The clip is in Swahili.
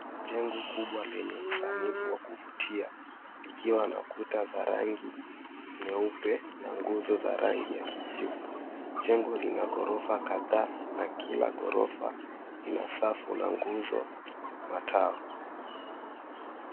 Jengo kubwa lenye usanifu wa kuvutia likiwa na kuta za rangi nyeupe na nguzo za rangi ya kijivu. Jengo lina ghorofa kadhaa na kila ghorofa ina safu na nguzo matao.